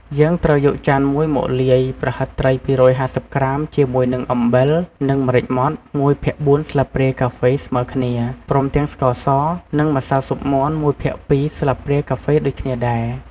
យើងត្រូវយកចានមួយមកលាយ ប្រហិតត្រី ២៥០ ក្រាម ជាមួយនឹង អំបិល និង ម្រេចម៉ដ្ឋ ១ភាគ៤ ស្លាបព្រាកាហ្វេស្មើគ្នា ព្រមទាំង ស្ករស និងម្សៅស៊ុបមាន់ ១ភាគ២ ស្លាបព្រាកាហ្វេដូចគ្នាដែរ។